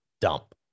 dump